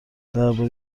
درباره